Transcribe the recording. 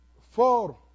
four